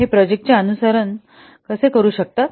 है प्रोजेक्ट चे अनुसरण कसे करु शकतात